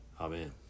Amen